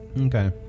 Okay